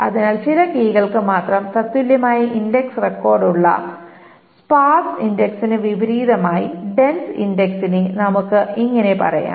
അതിനാൽ ചില കീകൾക്ക് മാത്രം തത്തുല്യമായ ഇൻഡക്സ് റെക്കോർഡ്സ് ഉള്ള സ്പാർസ് ഇന്ഡക്സിന് വിപരീതമായി ഡെൻസ് ഇന്ഡക്സിനെ നമുക്ക് ഇങ്ങനെ പറയാം